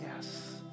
yes